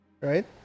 Right